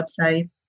websites